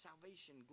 salvation